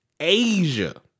Asia